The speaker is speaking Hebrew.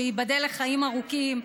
שייבדל לחיים ארוכים,